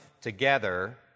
together